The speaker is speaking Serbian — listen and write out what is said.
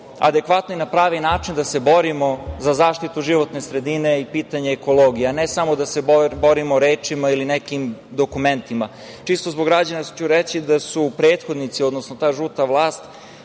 adekvatno i na pravi način da se borimo za zaštitu životne sredine i pitanje ekologije, ne samo da se borimo rečima ili nekim dokumentima. Čisto zbog građana ću reći da su prethodnici, odnosno ta žuta vlast